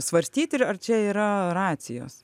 svarstytir ar čia yra racijos